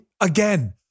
Again